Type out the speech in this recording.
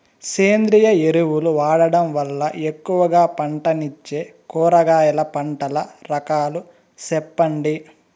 సేంద్రియ ఎరువులు వాడడం వల్ల ఎక్కువగా పంటనిచ్చే కూరగాయల పంటల రకాలు సెప్పండి?